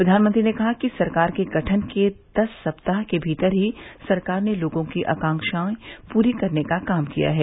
प्रघानमंत्री ने कहा कि सरकार गठन के दस सप्ताह के भीतर ही सरकार ने लोगों की आकांक्षाएं पूरी करने का काम किया है